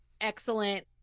Excellent